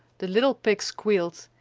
the little pig squealed,